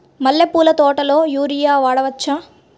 మల్లె పూల తోటలో యూరియా వాడవచ్చా?